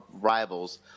rivals